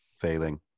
failing